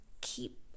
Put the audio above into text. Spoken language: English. keep